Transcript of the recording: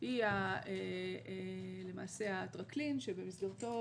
היא הטרקלין שבמסגרתו